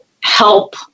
help